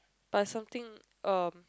but something um